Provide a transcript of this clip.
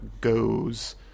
goes